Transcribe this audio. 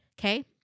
Okay